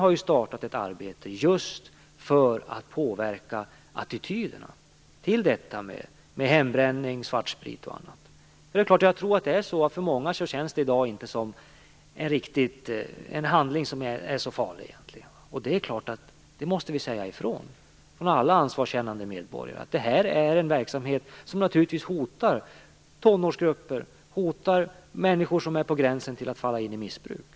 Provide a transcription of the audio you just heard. Hon har startat ett arbete just för att påverka attityderna till hembränning, svartsprit och annat. För många känns detta i dag inte som en handling som är så farlig egentligen, och det är klart att vi måste säga ifrån. Det måste alla ansvarskännande medborgare göra. Det här är en verksamhet som hotar tonårsgrupper och människor som är på gränsen till att falla in i missbruk.